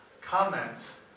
comments